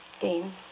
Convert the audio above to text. Dean